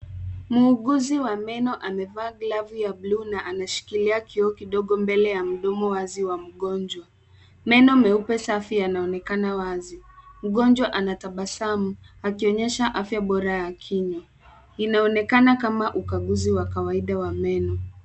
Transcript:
Muuguzi wa meno amevaa glavu ya bluu na anashikilia kioo kidogo mbele ya mdomo wazi wa mgonjwa. Meno meupe, safi yanaonekana wazi. Mgonjwa anatabasamu, akionyesha afya bora ya kinywa. Inaonekana kama ukaguzi wa kawaida wa meno.